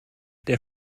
der